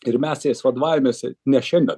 ir mes jais vadovaujamės ne šiandien